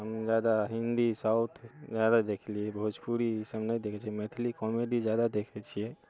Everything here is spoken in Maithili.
हम जादा हिन्दी साउथ जादा देखली भोजपुरी ई सब नहि देखै छियै मैथिली कॉमेडी जादा देखै छियै